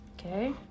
Okay